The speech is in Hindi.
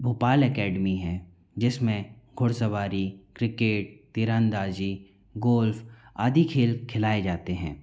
भोपाल एकैडमी है जिसमें घुड़सवारी क्रिकेट तीरंदाजी गोल्फ आदि खेल खिलाए जाते हैं